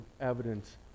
evidence